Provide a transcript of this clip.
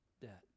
debt